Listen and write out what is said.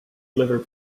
liver